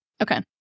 Okay